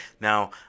now